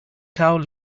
cow